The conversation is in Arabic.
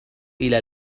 إلى